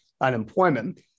unemployment